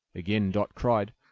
again dot cried,